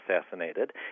assassinated